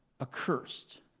accursed